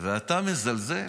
ואתה מזלזל?